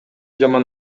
жаман